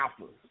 Alpha